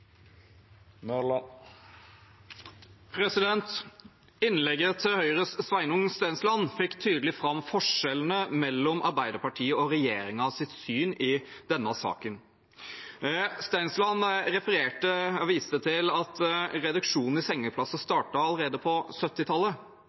Innlegget til Høyres Sveinung Stensland fikk tydelig fram forskjellene mellom Arbeiderpartiets og regjeringens syn i denne saken. Stensland viste til at reduksjonen i antallet sengeplasser